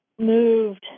moved